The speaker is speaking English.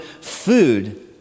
food